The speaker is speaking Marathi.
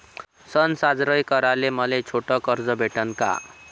सन साजरे कराले मले छोट कर्ज भेटन का?